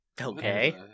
Okay